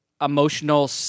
emotional